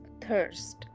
thirst